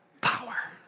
power